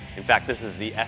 in fact, this is the